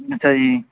ਅੱਛਾ ਜੀ